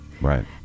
Right